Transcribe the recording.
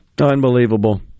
Unbelievable